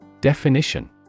Definition